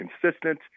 consistent